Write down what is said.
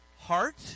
heart